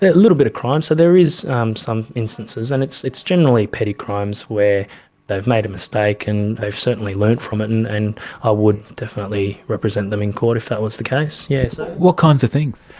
a little bit of crime. so there is some instances and it's it's generally petty crimes where they've made a mistake and they've certainly learnt from it and and i would definitely represent them in court if that was the case. yeah so what kinds of things?